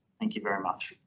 thank you very much.